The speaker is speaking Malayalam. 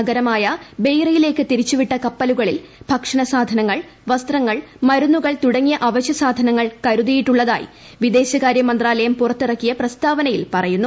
നഗരമായ ബെയ്റയിലേക്ക് തിരിച്ചുവിട്ട കപ്പലുകളിൽ ഭക്ഷണസാധനങ്ങൾ വൃസ്തൃങ്ങൾ മരുന്നുകൾ തുടങ്ങിയ അവശ്യസാധനങ്ങൾ കരുതിയിട്ടുള്ളതായി വിദേശകാര്യമന്ത്രാലയം പുറത്തിറക്കിയ പ്രസ്താവനയിൽ പറയുന്നു